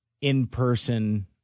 in-person